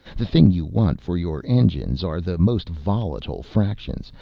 the thing you want for your engines are the most volatile fractions,